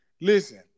listen